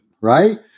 Right